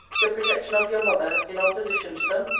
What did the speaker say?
the protection of your mother, in opposition to them?